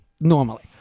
normally